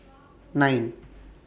nine